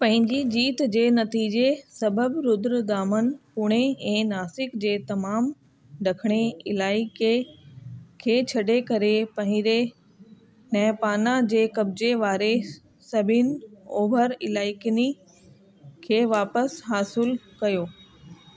पंहिंजी जीत जे नतीजे सबबु रुद्रदामन पुणे ऐं नासिक जे तमामु ॾखणे इलाइके खे छ्ॾे करे पहिरे नहपाना जे कब्ज़े वारे सभिनि ओभर इलाइकनि खे वापसि हासिलु कयो